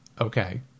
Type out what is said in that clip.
okay